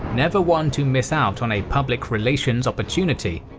never one to miss out on a public relations opportunity,